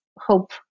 hope